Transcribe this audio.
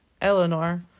Eleanor